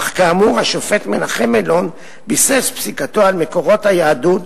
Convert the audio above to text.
אך כאמור השופט מנחם אלון ביסס את פסיקתו על מקורות היהדות.